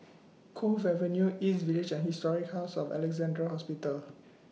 Cove Avenue East Village and Historic House of Alexandra Hospital